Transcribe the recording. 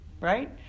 Right